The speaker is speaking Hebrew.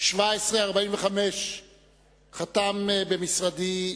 17:45 חתם במשרדי,